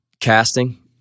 casting